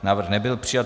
Návrh nebyl přijat.